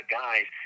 guys